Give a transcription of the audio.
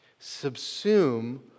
subsume